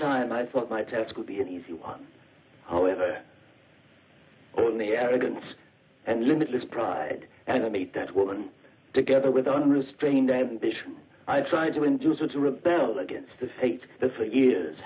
thought my test would be an easy one however only arrogance and limitless pride and i made that woman together with unrestrained ambition i tried to induce her to rebel against the state that for years